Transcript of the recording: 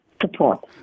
support